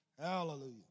Hallelujah